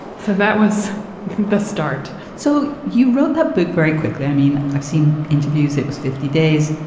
so that was the start so you wrote that book very quickly. i mean, i've seen interviews. it was fifty days.